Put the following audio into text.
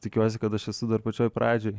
tikiuosi kad aš esu dar pačioj pradžioj